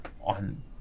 on